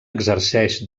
exerceix